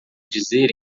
dizer